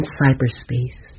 cyberspace